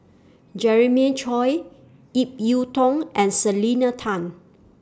Jeremiah Choy Ip Yiu Tung and Selena Tan